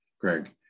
greg